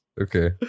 Okay